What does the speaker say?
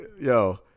yo